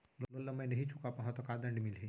Loan ला मैं नही चुका पाहव त का दण्ड मिलही?